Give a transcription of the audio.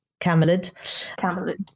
camelid